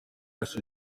yasoje